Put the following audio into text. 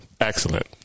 Excellent